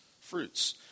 fruits